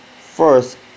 first